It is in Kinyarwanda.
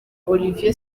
olivier